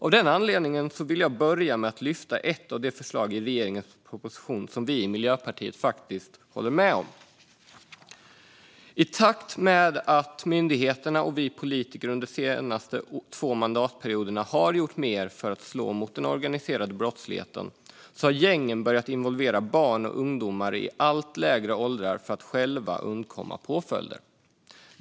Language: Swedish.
Av denna anledning vill jag börja med att lyfta fram ett av de förslag i regeringens proposition som vi i Miljöpartiet håller med om. I takt med att myndigheterna och vi politiker under de senaste två mandatperioderna har gjort mer för att slå mot den organiserade brottsligheten har gängen börjat involvera barn och ungdomar i allt lägre åldrar för att själva undkomma påföljder.